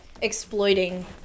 exploiting